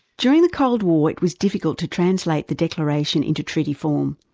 during the cold war it was difficult to translate the declaration into treaty form.